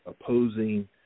opposing